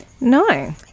No